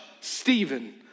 Stephen